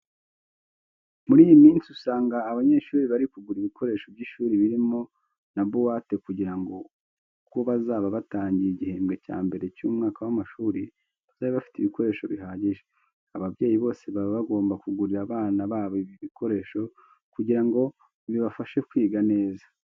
Muri iyi minsi usanga abanyeshuri bari kugura ibikoresho by'ishuri birimo na buwate kugira ngo ubwo bazaba batangiye igihembwe cya mbere cy'umwaka w'amashuri, bazabe bafite ibikoresho bihagije. Ababyeyi bose baba bagomba kugurira abana babo ibi bikoresho kugira ngo bibafashe kwiga neza.